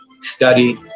study